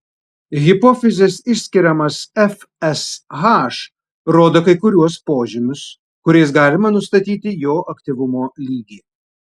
hipofizės išskiriamas fsh rodo kai kuriuos požymius kuriais galima nustatyti jo aktyvumo lygį